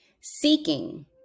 Seeking